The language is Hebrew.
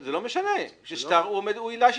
זה לא משנה, שטר הוא עילה שטרית.